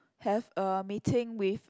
have a meeting with